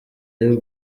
y’u